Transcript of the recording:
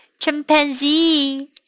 Chimpanzee